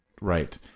Right